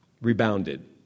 rebounded